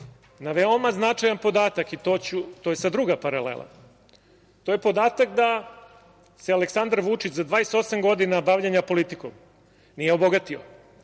na veoma značajan podatak i to je sada druga paralela. To je podatak da se Aleksandar Vučić za 28 godina bavljenja politikom nije obogatio.